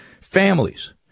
families